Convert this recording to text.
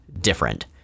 different